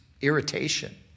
irritation